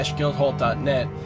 guildhall.net